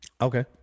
Okay